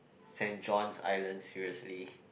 Saint-Johns island seriously